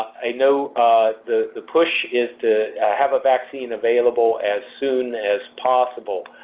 i know the push is to have a vaccine available as soon as possible.